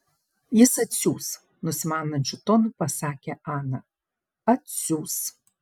jis atsiųs nusimanančiu tonu pasakė ana atsiųs